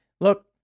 Look